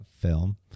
film